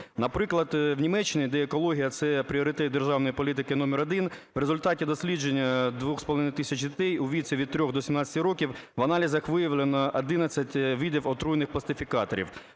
Наприклад, в Німеччині, де екологія – це пріоритет державної політики номер 1, в результаті дослідження 2,5 тисяч дітей у віці від 3 до 17 років в аналізах виявлено 11 видів отруйних пластифікаторів.